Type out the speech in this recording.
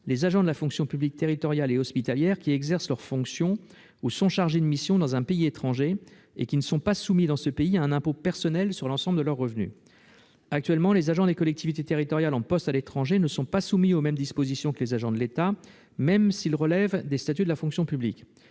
les agents de la fonction publique territoriale et hospitalière qui exercent leurs fonctions ou sont chargés de mission dans un pays étranger et qui ne sont pas soumis dans ce pays à un impôt personnel sur l'ensemble de leurs revenus. Actuellement, les agents des collectivités territoriales en poste à l'étranger ne sont pas soumis aux mêmes dispositions que les agents de l'État, même s'ils relèvent d'un statut de la fonction publique.